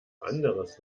anderes